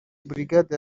brigade